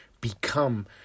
become